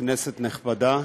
כנסת נכבדה,